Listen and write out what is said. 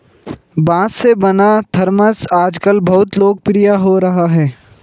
बाँस से बना थरमस आजकल बहुत लोकप्रिय हो रहा है